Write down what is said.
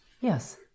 Yes